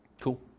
Cool